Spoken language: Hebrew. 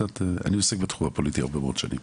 אני עוסק בתחום הפוליטי הרבה מאוד שונים.